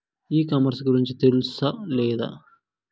ఈ కామర్స్ గురించి తెలుసా లేదా?